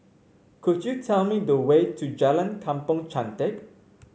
could you tell me the way to Jalan Kampong Chantek